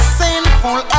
sinful